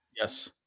Yes